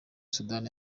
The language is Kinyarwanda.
sudani